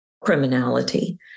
criminality